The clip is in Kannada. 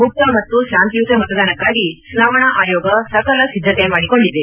ಮುಕ್ತ ಮತ್ತು ಶಾಂತಿಯುತ ಮತದಾನಕ್ಕಾಗಿ ಚುನಾವಣಾ ಆಯೋಗ ಸಕಲ ಸಿದ್ದತೆ ಮಾಡಿಕೊಂಡಿದೆ